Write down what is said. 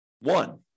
One